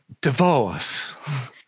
divorce